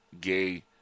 gay